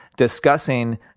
discussing